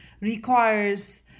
requires